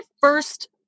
first